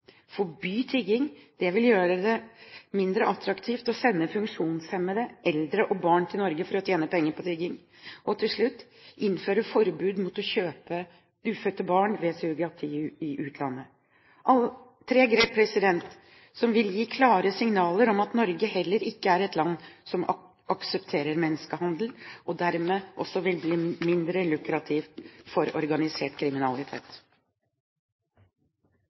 forby tigging – det vil gjøre det mindre attraktivt å sende funksjonshemmede, eldre og barn til Norge for å tjene penger på tigging innføre forbud mot å kjøpe ufødte barn ved surrogati i utlandet Dette er tre grep som vil gi klare signaler om at Norge heller ikke er et land som aksepterer menneskehandel, og som dermed også vil bli mindre lukrativ for organisert kriminalitet.